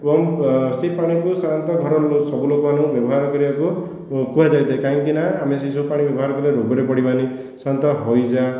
ଏବଂ ସେହି ପାଣିକୁ ସାଧାରଣତଃ ଘର ସବୁ ଲୋକମାନଙ୍କୁ ବ୍ୟବହାର କରିବାକୁ କୁହାଯାଇଥାଏ କାହିଁକିନା ଆମେ ସେ ସବୁ ପାଣି ବ୍ୟବହାର କଲେ ରୋଗରେ ପଡ଼ିବାନି ସାଧାରଣତଃ ହଇଜା